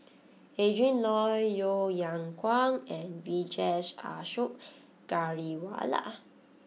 Adrin Loi Yeo Yeow Kwang and Vijesh Ashok Ghariwala